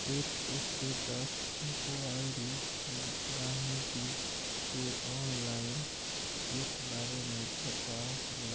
cheque status enquiry गाहिंकी केँ online check बारे मे पता